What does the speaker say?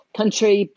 country